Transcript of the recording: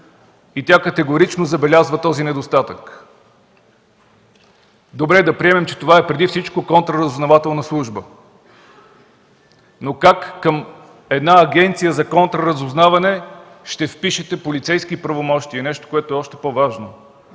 която категорично забелязва този недостатък. Добре, да приемем, че това е преди всичко контраразузнавателна служба, но как към агенция за контраразузнаване ще впишете полицейски правомощия? И нещо още по-важно